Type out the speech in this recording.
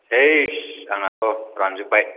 cess आंहाथ' रानजोब्बाय